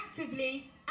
actively